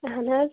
اہن حظ